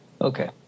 Okay